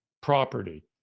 property